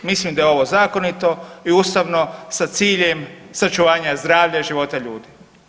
Mislim da je ovo zakonito i ustavno sa ciljem sačuvanja zdravlja i života ljudi.